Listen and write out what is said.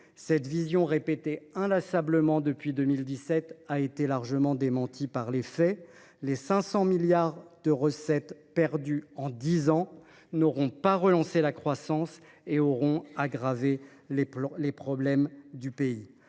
cette vision répétée inlassablement depuis 2017 a été largement démentie par les faits. Les 500 milliards d’euros de recettes perdus en dix ans n’auront pas relancé la croissance et auront aggravé les problèmes du pays.